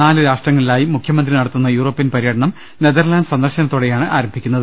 നാലു രാഷ്ട്രങ്ങളിലായി മുഖ്യമന്ത്രി നടത്തുന്ന യൂറോപ്യൻ പര്യ ടനം നെതർലാൻഡ്സ് സന്ദർശനത്തോടെയാണ് ആരംഭിക്കുന്നത്